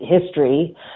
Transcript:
history